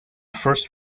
first